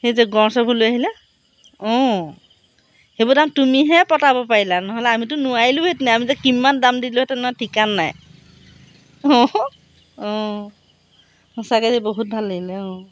সেই যে গড় চড়বোৰ লৈ আহিলে অঁ সেইবোৰ দাম তুমিহে পতাব পাৰিলা নহ'লে আমিতো নোৱাৰিলোহেঁতেনেই আমি যে কিমান দাম দিলোঁহেঁতেন নহয় ঠিকনা নাই অঁ অঁ সঁচাকে দেই বহুত ভাল লাগিলে অঁ